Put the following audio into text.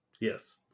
Yes